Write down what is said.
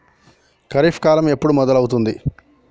ఖరీఫ్ కాలం ఎప్పుడు మొదలవుతుంది?